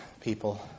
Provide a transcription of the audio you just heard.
people